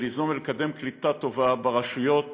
וליזום ולקדם קליטה טובה ברשויות